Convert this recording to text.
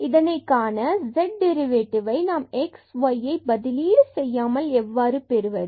இதை காண z derivative ஐ நாம் x and yஐ பதிலீடு செய்யாமல் எவ்வாறு பெறுவது